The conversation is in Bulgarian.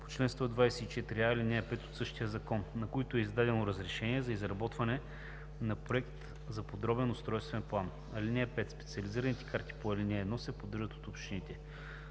по чл. 124а, ал. 5 от същия закон, на които е издадено разрешение за изработване на проект за подробен устройствен план. (5) Специализираните карти по ал. 1 се поддържат от общините.